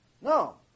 No